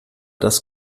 das